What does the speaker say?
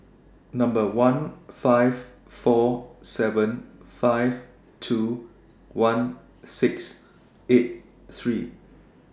Number one five four seven five two one six eight three